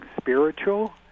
spiritual